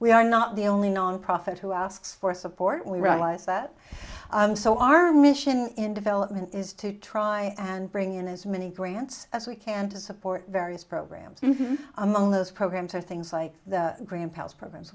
we are not the only nonprofit who asks for support we run that so our mission in development is to try and bring in as many grants as we can to support various programs and among those programs are things like the grandpas programs